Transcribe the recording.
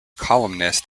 columnist